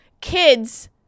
kids